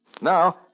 Now